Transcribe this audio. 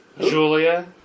Julia